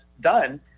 done